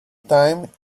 time